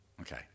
okay